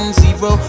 zero